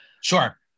Sure